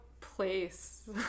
place